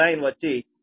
Line line వచ్చి 12